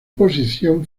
posición